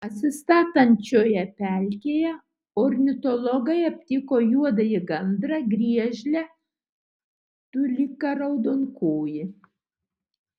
atsistatančioje pelkėje ornitologai aptiko juodąjį gandrą griežlę tuliką raudonkojį